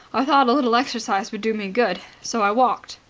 i thought a little exercise would do me good, so i walked.